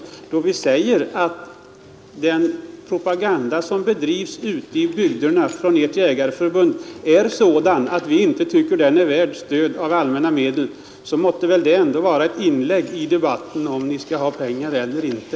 Men då vi säger att den propaganda som bedrivs ute i bygderna från ert jägarförbund är sådan att vi inte tycker att den är värd stöd av allmänna medel, så måtte det väl ändå vara ett inlägg i debatten om huruvida ni skall ha pengar eller inte.